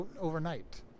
overnight